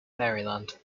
maryland